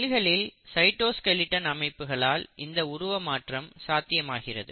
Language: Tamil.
செல்களில் சைட்டோஸ்கெலட்டன் அமைப்புகளால் இந்த உருவ மாற்றம் சாத்தியமாகிறது